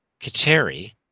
Kateri